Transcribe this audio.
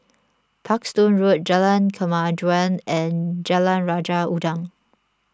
Parkstone Road Jalan Kemajuan and Jalan Raja Udang